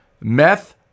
Meth